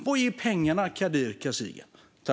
Var är pengarna, Kadir Kasirga?